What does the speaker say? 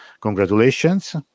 congratulations